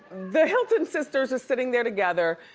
the hilton sisters are sitting there together,